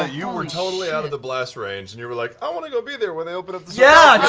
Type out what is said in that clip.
ah you and were totally out of the blast range, and you were like, i want to go be there when they open up yeah